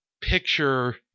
picture